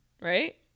right